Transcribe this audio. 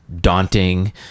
daunting